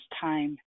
time